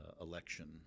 election